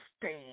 stand